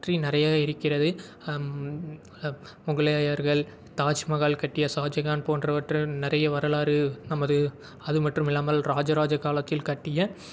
பற்றி நிறைய இருக்கிறது முகலாயர்கள் தாஜ்மஹால் கட்டிய ஷாஜகான் போன்றவற்றின் நிறைய வரலாறு நமது அதுமற்றும்மில்லாமல் ராஜராஜ காலத்தில் கட்டிய